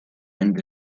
عند